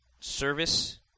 service